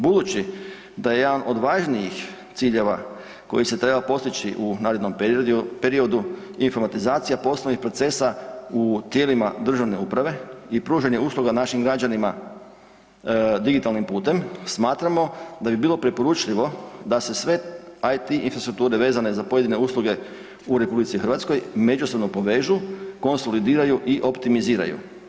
Budući da jedan od važnijih ciljeva koji se treba postići u narednom periodu informacija poslovnih procesa u tijelima državne uprave i pružanje usluga našim građanima digitalnim putem smatramo da bi bilo preporučljivo da se sve IT infrastrukture vezane za pojedine usluge u Republici Hrvatskoj međusobno povežu, konsolidiraju i optimiziraju.